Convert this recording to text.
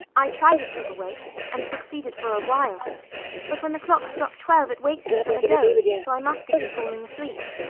i tried to keep awake, and succeeded for a while but when the clock struck twelve it waked me from a doze, so i must have been falling asleep.